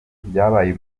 byabaye